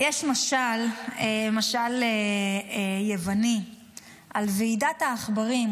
אני אגיד ככה: יש משל יווני על ועידת העכברים,